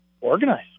organize